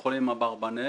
לתקציב.